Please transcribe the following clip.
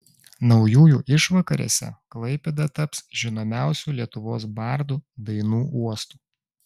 naujųjų išvakarėse klaipėda taps žinomiausių lietuvos bardų dainų uostu